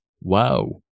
wow